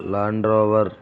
Land Rover